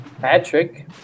Patrick